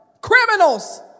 criminals